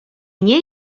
nie